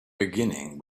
beginning